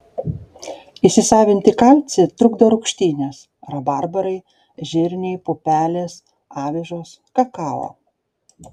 įsisavinti kalcį trukdo rūgštynės rabarbarai žirniai pupelės avižos kakao